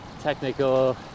technical